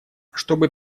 чтобы